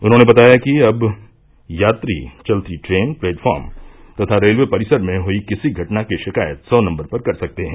उन्होंने बताया कि अब यात्री चलती ट्रेन प्लेटफार्म तथा रेलवे परिसर में हुयी किसी घटना की शिकायत सौ नम्बर पर कर सकते हैं